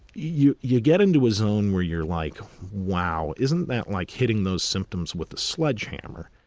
you you get into a zone where you're like wow, isn't that like hitting those symptoms with a sledgehammer?